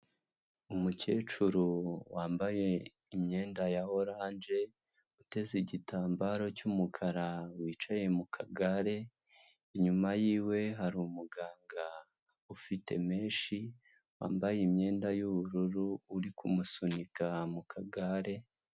Umukecuru wambaye imyenda ya oranje, uteze igitambaro cy'umukara wicaye mu kagare, inyuma yiwe hari umuganga ufite menshi wambaye imyenda y'ubururu uri kumusunika mu kagare.